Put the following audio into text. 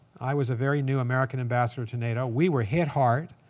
i was a very new american ambassador to nato. we were hit hard.